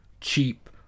cheap